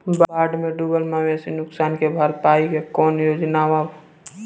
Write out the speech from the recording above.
बाढ़ में डुबल मवेशी नुकसान के भरपाई के कौनो योजना वा?